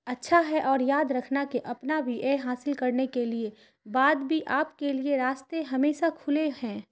اچھا ہے اور یاد رکھنا کہ اپنا بھی ایم حاصل کرنے کے لیے بعد بھی آپ کے لیے راستے ہمیشہ کھلے ہیں